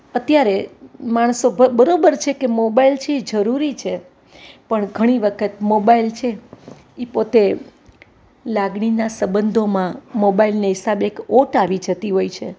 અત્યારે માણસો બરોબર છે કે મોબાઈલ છે ઇ જરૂરી છે પણ ઘણી વખત મોબાઈલ છે એ પોતે લાગણીના સંબંધોમાં મોબાઈલને હિસાબે એક ઓટ આવી જતી હોય છે